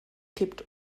kippt